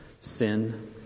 sin